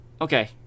Okay